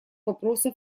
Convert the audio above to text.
вопросов